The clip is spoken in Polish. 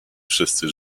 wszyscy